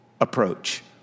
approach